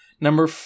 Number